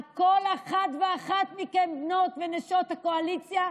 כל אחת ואחת מכן, בנות ונשות הקואליציה,